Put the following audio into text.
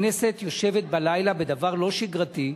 הכנסת יושבת בלילה בדבר לא שגרתי: